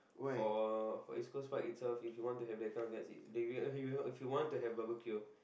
for for East-Coast-Park itself if you want to have that kind of seat if you want to have barbecue